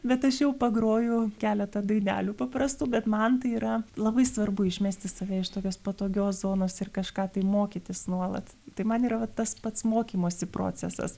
bet aš jau pagroju keletą dainelių paprastų bet man tai yra labai svarbu išmesti save iš tokios patogios zonos ir kažką tai mokytis nuolat tai man yra va tas pats mokymosi procesas